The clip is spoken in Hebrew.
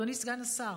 אדוני סגן השר,